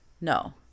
No